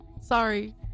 Sorry